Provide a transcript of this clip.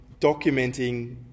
documenting